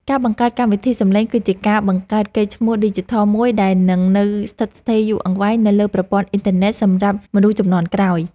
ការបង្កើតកម្មវិធីសំឡេងគឺជាការបង្កើតកេរ្តិ៍ឈ្មោះឌីជីថលមួយដែលនឹងនៅស្ថិតស្ថេរយូរអង្វែងនៅលើប្រព័ន្ធអ៊ីនធឺណិតសម្រាប់មនុស្សជំនាន់ក្រោយ។